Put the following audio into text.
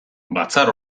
batzar